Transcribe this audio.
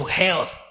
health